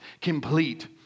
complete